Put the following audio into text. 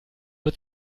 nur